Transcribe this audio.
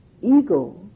ego